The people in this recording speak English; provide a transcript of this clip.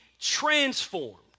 transformed